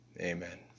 amen